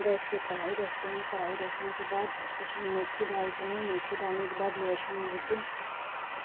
gas पर कढ़ाई रखते हैं कढ़ाई रखने के बाद उसमें मेथी डालते हैं मेथी डालने के बाद लहसुन मिर्ची